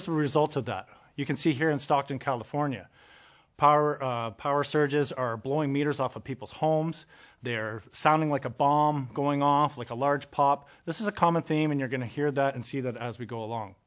is the result of that you can see here in stockton california power power surges are blowing meters off of people's homes they're sounding like a bomb going off like a large pop this is a common theme and you're going to hear that and see that as we go along